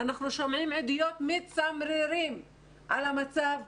אנחנו שומעים עדויות מצמררות על המצב,